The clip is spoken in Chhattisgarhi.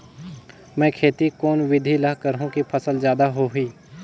मै खेती कोन बिधी ल करहु कि फसल जादा होही